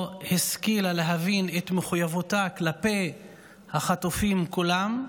השכילה להבין את מחויבותה כלפי החטופים כולם,